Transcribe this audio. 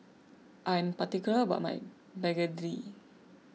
I'm particular about my Begedil